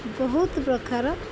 ବହୁତ ପ୍ରକାର